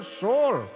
soul